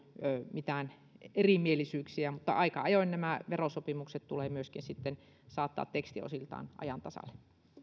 mitään erimielisyyksiä mutta aika ajoin nämä verosopimukset tulee saattaa myöskin tekstiosiltaan ajan tasalle